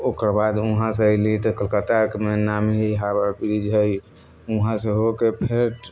ओकर बाद वहाँ से अयली तऽ कलकत्तामे नामी हावड़ा ब्रिज हइ वहाँसँ हो कऽ फेर